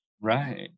right